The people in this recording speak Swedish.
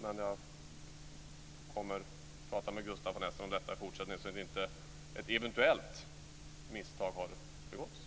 Men jag kommer att prata med Gustaf von Essen om detta i fortsättningen, så att inte ett eventuellt misstag har begåtts.